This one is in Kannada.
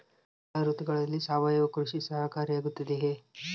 ಎಲ್ಲ ಋತುಗಳಲ್ಲಿ ಸಾವಯವ ಕೃಷಿ ಸಹಕಾರಿಯಾಗಿರುತ್ತದೆಯೇ?